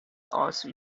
also